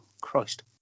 Christ